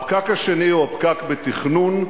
הפקק השני הוא הפקק בתכנון.